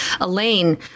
Elaine